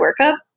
workup